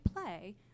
play